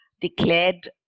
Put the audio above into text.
declared